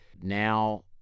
Now